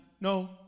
No